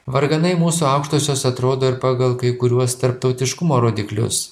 varganai mūsų aukštosios atrodo ir pagal kai kuriuos tarptautiškumo rodiklius